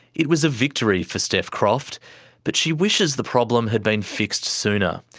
it was a victory for steph croft but she wishes the problem had been fixed sooner,